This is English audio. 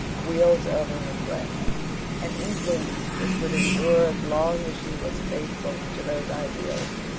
wields over her friends an influence which would endure as long as she was faithful to those ideals